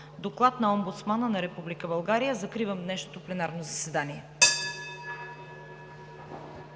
Доклад на омбудсмана на Република България. Закривам днешното пленарно заседание.